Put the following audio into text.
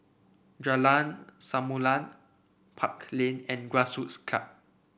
Jalan Samulun Park Lane and Grassroots Club